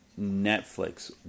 Netflix